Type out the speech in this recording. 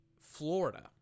Florida